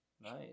Nice